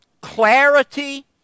clarity